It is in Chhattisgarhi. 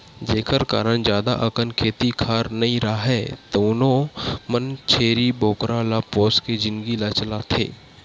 जेखर करन जादा अकन खेत खार नइ राहय तउनो मन छेरी बोकरा ल पोसके जिनगी ल चलाथे